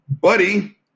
buddy